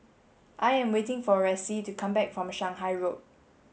I am waiting for Reece to come back from Shanghai Road